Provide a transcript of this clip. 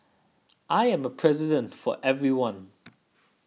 I am a President for everyone